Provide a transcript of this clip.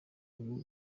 ubu